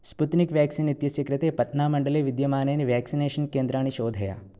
Sputnik vaccine इत्यस्य कृते पत्नामण्डले विद्यमानानि व्याक्सिनेषन् केन्द्राणि शोधय